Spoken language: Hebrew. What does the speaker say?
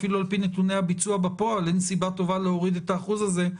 אפילו על פי נתוני הביצוע בפועל אין סיבה טובה להוריד את האחוז הזה,